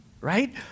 right